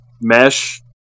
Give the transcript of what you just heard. Mesh